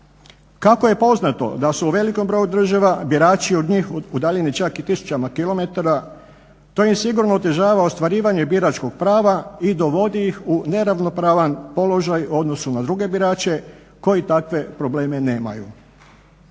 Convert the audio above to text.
Kako je poznato da su u velikom broju država birači od njih udaljeni čak i tisućama kilometara to im sigurno otežava ostvarivanje biračkog prava i dovodi ih u neravnopravan položaj u odnosu na druge birače koji takve probleme nemaju.